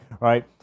right